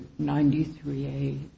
93A